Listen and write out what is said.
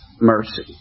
mercy